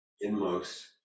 Inmost